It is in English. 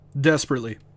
Desperately